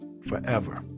forever